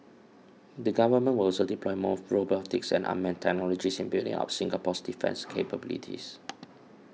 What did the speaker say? the Government will also deploy more robotics and unmanned technologies in building up Singapore's defence capabilities